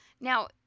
now